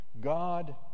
God